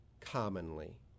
commonly